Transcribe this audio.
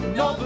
no